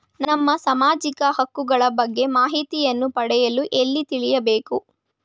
ನಮ್ಮ ಸಾಮಾಜಿಕ ಹಕ್ಕುಗಳ ಬಗ್ಗೆ ಮಾಹಿತಿಯನ್ನು ಪಡೆಯಲು ಎಲ್ಲಿ ತಿಳಿಯಬೇಕು?